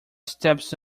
steps